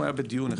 הוא היה בדיון אחד.